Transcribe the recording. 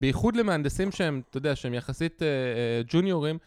בייחוד למהנדסים שהם, אתה יודע שהם יחסית ג'וניורים